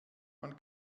man